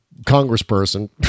Congressperson